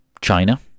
China